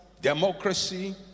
democracy